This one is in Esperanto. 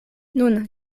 nun